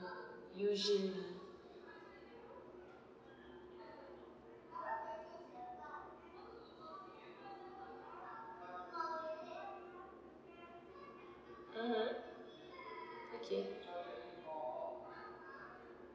usually mmhmm okay